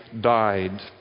died